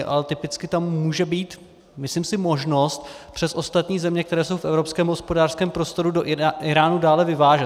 Ale typicky tam může být, myslím si, možnost přes ostatní země, které jsou v evropském hospodářském prostoru, do Íránu dále vyvážet.